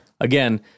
Again